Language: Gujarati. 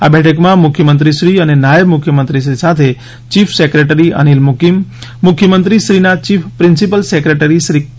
આ બેઠકમાં મુખ્યમંત્રીશ્રી અને નાયબ મુખ્યમંત્રીશ્રી સાથે ચીફ સેક્રેટરી અનિલ મુકીમ મુખ્યમંત્રીશ્રીના ચીફ પ્રિન્સિપલ સેક્રેટરીશ્રી કે